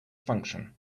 function